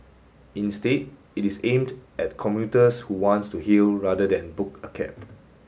instead it is aimed at commuters who want to hail rather than book a cab